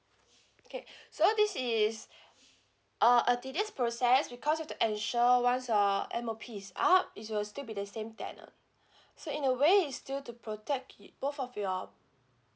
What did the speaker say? okay so this is a a tedious process because you to ensure once your M_O_P is up it's will still be the same tenant so in a way it's still to protect y~ both of your